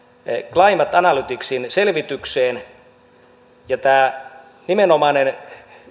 climate analyticsin selvitykseen ja tämä nimenomainen